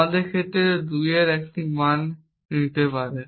আমাদের ক্ষেত্রে 2 এর মধ্যে 1 মান নিতে পারে